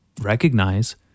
recognize